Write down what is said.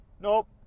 Nope